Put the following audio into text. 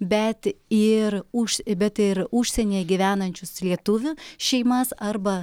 bet ir už bet ir užsienyje gyvenančius lietuvių šeimas arba